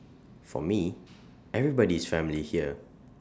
for me everybody is family here